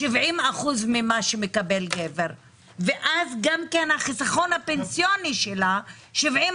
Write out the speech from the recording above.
70 אחוזים ממשכורת שמקבל גבר כאשר אז גם החיסכון הפנסיוני של אותה אישה,